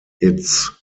its